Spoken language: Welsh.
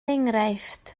enghraifft